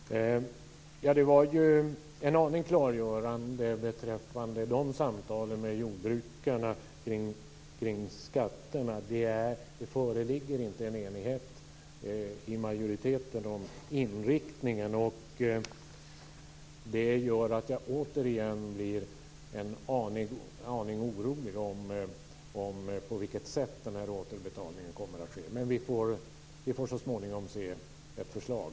Fru talman! Det var en aning klargörande att höra om samtalen med jordbrukarna kring skatterna. Enighet föreligger alltså inte hos majoriteten om inriktningen. Det gör att jag återigen blir lite orolig när det gäller hur återbetalningen kommer att ske men jag utgår från att vi så småningom får se ett förslag.